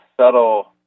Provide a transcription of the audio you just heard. subtle